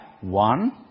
One